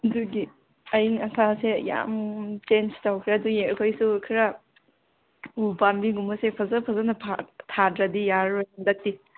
ꯑꯗꯨꯒꯤ ꯑꯏꯪ ꯑꯁꯥꯁꯦ ꯌꯥꯝ ꯆꯦꯟꯖ ꯇꯧꯈ꯭ꯔꯦ ꯑꯗꯨꯒꯤ ꯑꯩꯈꯣꯏꯁꯨ ꯈꯔ ꯎ ꯄꯥꯝꯕꯤꯒꯨꯝꯕꯁꯦ ꯐꯖ ꯐꯖꯅ ꯊꯥꯗ꯭ꯔꯗꯤ ꯌꯥꯔꯔꯣꯏ ꯍꯟꯗꯛꯇꯤ